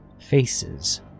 faces